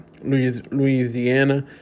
Louisiana